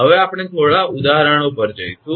હવે આપણે થોડા ઉદાહરણો પર જઈશું